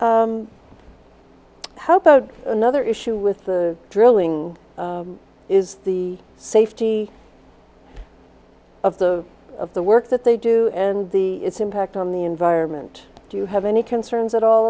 how about another issue with the drilling is the safety of the of the work that they do and the its impact on the environment do you have any concerns at all